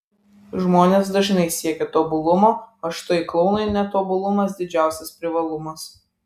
žmonės dažnai siekia tobulumo o štai klounui netobulumas didžiausias privalumas